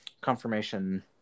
confirmation